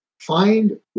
find